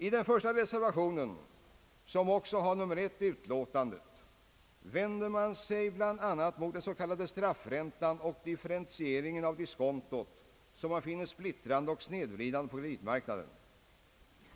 I den första reservationen, som har nr 1 i utlåtandet, vänder sig dessa reservanter bl.a. mot den s.k. straffräntan och differentieringen av diskontot, något som man finner splittrande och snedvridande på kreditmarknaden.